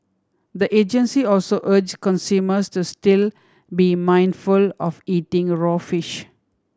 the agency also urge consumers to still be mindful of eating raw fish